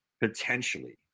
potentially